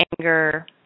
anger